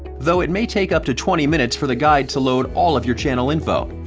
though it may take up to twenty minutes for the guide to load all of your channel info.